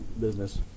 business